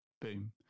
Boom